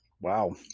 Wow